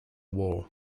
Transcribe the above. war